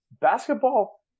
basketball